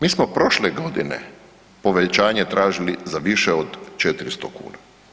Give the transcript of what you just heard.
Mi smo prošle godine povećanje tražili za više od 400 kuna.